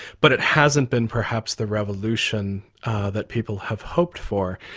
but it hasn't been perhaps the revolution that people have hoped for.